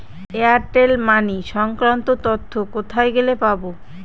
Airtel money সংক্রান্ত তথ্য কোথায় গেলে পাব?